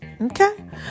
Okay